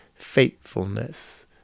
faithfulness